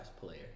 player